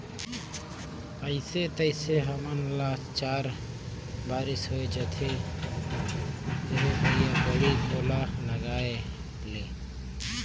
अइसे तइसे हमन ल चार बरिस होए जाथे रे भई बाड़ी कोला लगायेले